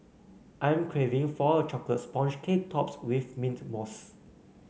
I am craving for a chocolate sponge cake topped with mint mousse